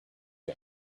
him